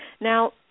Now